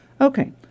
Okay